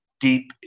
deep